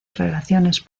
relaciones